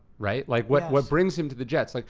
right? like what what brings him to the jets. like